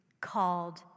called